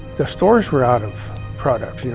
the stores were out of products, you